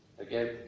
Again